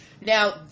Now